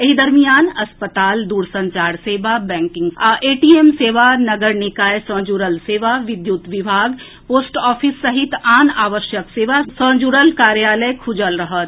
एहि दरमियान अस्पताल दूरसंचार सेवा बैंकिंग आ एटीएम सेवा नगर निकाय सँ जुड़ल सेवा विद्युत विभाग पोस्ट ऑफिस सहित आन आवश्यक सेवा सभ सँ जुड़ल कार्यालय खुजल रहत